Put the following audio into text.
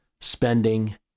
spending